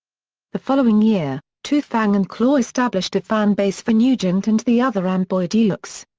the following year, tooth fang and claw established a fan base for nugent and the other amboy dukes.